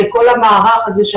לכל המערך הזה.